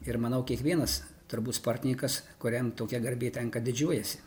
ir manau kiekvienas turbūt sportininkas kuriam tokia garbė tenka didžiuojasi